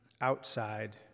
outside